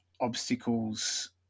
obstacles